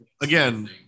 again